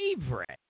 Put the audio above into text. Favorite